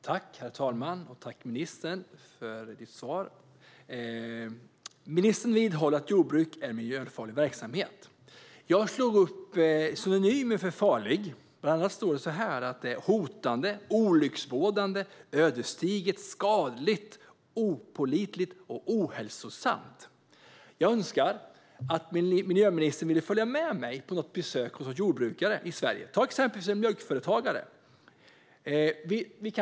Herr talman! Tack, ministern, för ditt svar! Ministern vidhåller att jordbruk är en miljöfarlig verksamhet. Jag har slagit upp synonymen för farlig. Det stod bland annat att det är detsamma som hotande, olycksbådande, ödesdiger, skadlig, opålitlig och ohälsosam. Jag önskar att miljöministern skulle följa med mig på ett besök hos en jordbrukare i Sverige, till exempel en mjölkföretagare.